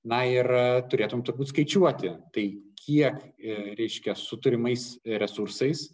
na ir turėtum turbūt skaičiuoti tai kiek reiškia su turimais resursais